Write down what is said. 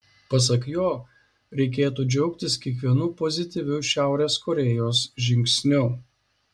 pasak jo reikėtų džiaugtis kiekvienu pozityviu šiaurės korėjos žingsniu